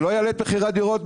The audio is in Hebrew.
זה לא יעלה את מחירי הדירות,